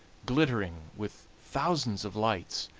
glittering with thousands of lights,